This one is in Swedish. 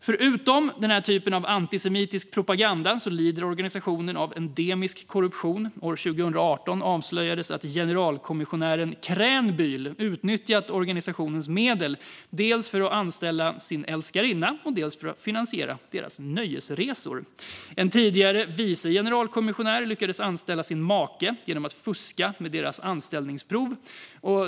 Förutom denna typ av antisemitisk propaganda lider organisationen av endemisk korruption. År 2018 avslöjades att generalkommissionären Krähenbül utnyttjat organisationens medel dels för att anställa sin älskarinna, dels för att finansiera deras nöjesresor. En tidigare vice generalkommissionär lyckades anställa sin make genom att fuska med dennes anställningsprov.